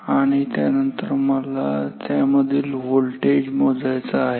आणि त्यानंतर मला त्यामधील व्होल्टेज मोजायचा आहे